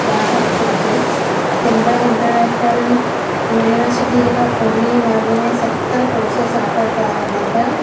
ॿाहठि courses Symbiosis International University जेका पूने में आहे हुन में सतरि कोर्सिस ऑफर कया वञनि था